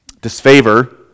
disfavor